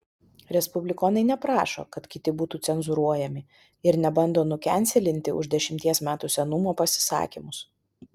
respublikonai neprašo kad kiti būtų cenzūruojami ir nebando nukenselinti už dešimties metų senumo pasisakymus